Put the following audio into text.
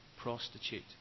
prostitute